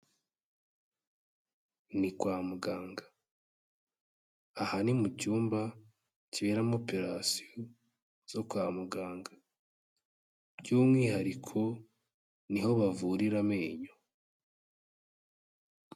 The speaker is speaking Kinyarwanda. Ni kwa muganga, aha ni mu cyumba kiberamo operasiyo zo kwa muganga, by'umwihariko niho bavurira amenyo.